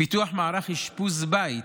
פיתוח מערך אשפוז בית,